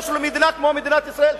יש לו מדינה כמו מדינת ישראל?